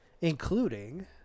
including